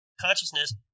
consciousness